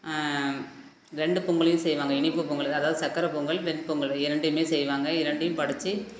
ரெண்டு பொங்கலையும் செய்வாங்க இனிப்பு பொங்கல் அதாவது சக்கரை பொங்கல் வெண் பொங்கல் இரண்டையுமே செய்வாங்க இரண்டையும் படைச்சு